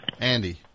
Andy